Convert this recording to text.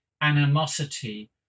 animosity